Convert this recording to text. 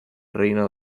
reino